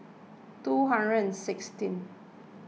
two hundred and sixteen